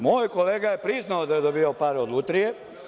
Moj kolega je priznao da je dobijao pare od Lutrije.